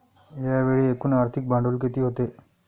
यावेळी एकूण आर्थिक भांडवल किती होते?